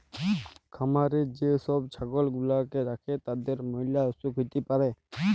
খামারে যে সব ছাগল গুলাকে রাখে তাদের ম্যালা অসুখ হ্যতে পারে